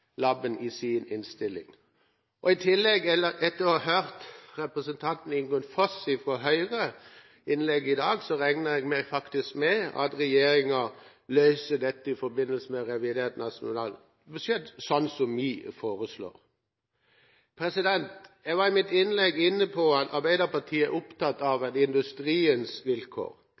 laben. Etter å ha hørt innlegget fra representanten Ingunn Foss fra Høyre i dag, regner jeg faktisk med at regjeringen løser dette i forbindelse med revidert nasjonalbudsjett, sånn som vi foreslår. Jeg var i mitt innlegg inne på at Arbeiderpartiet er opptatt av industriens vilkår.